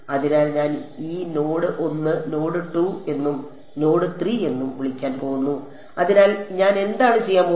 അതിനാൽ ഞാൻ ഈ നോഡ് 1 നോഡ് 2 എന്നും നോഡ് 3 എന്നും വിളിക്കാൻ പോകുന്നു അതിനാൽ ഞാൻ എന്താണ് ചെയ്യാൻ പോകുന്നത്